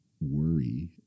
worry